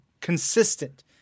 consistent